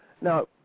Now